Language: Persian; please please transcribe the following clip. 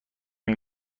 این